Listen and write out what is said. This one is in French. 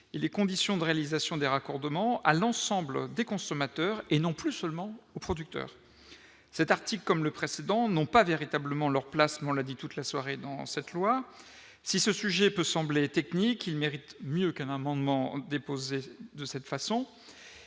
et les conditions de réalisation des raccordements à l'ensemble des consommateurs et non plus seulement aux producteurs cet article comme le précédent n'ont pas véritablement leur placement lundi toute la soirée dans cette loi, si ce sujet peut sembler technique, il mérite mieux qu'un amendement déposé de cette façon